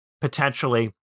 potentially